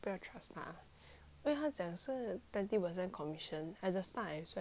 因为他讲是 twenty percent commission at the start I swear 肯定没有人买的